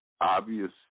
obvious